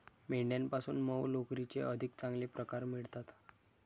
मेंढ्यांपासून मऊ लोकरीचे अधिक चांगले प्रकार मिळतात